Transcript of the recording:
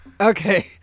Okay